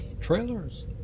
Trailers